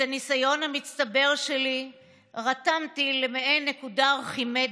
את הניסיון המצטבר שלי רתמתי למעין נקודה ארכימדית,